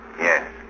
Yes